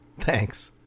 Thanks